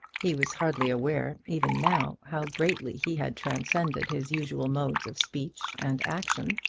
he was hardly aware, even now, how greatly he had transcended his usual modes of speech and action,